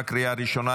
לקריאה הראשונה.